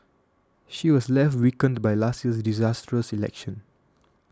she was left weakened by last year's disastrous election